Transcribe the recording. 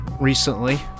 recently